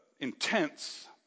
intense